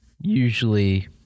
usually